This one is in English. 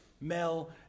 Mel